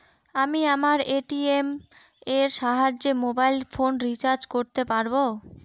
আমি আমার এ.টি.এম এর সাহায্যে মোবাইল ফোন রিচার্জ করতে পারব?